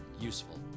useful